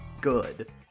good